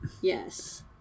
Yes